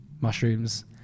mushrooms